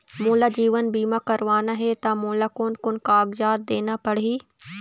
मोला जीवन बीमा करवाना हे ता मोला कोन कोन कागजात देना पड़ही?